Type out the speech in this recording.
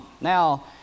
Now